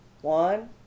one